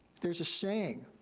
there's a saying